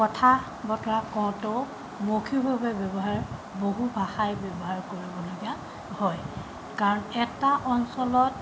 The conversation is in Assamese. কথা বতৰা কওঁতেও মৌখিকভাৱে ব্যৱহাৰ বহু ভাষাই ব্যৱহাৰ কৰিবলগীয়া হয় কাৰণ এটা অঞ্চলত